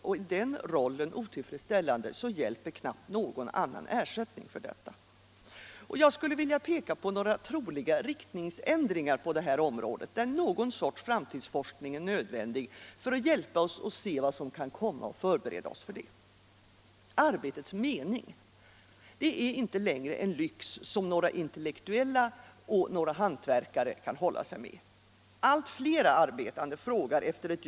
Är den rollen otillfredsställande hjälper knappast någon ersättning för detta. Jag skulle vilja peka på några troliga riktningsändringar på det här området där någon sorts framtidsforskning är nödvändig för att hjälpa osS att se vad som kan komma och förbereda oss för detta. Arbetets mening är inte längre en lyx som några intellektuella och några hantverkare kan hålla sig med. Allt fler arbetande frågar efter ett .